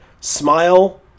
Smile